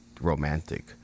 romantic